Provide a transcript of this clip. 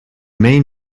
main